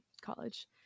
college